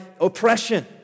oppression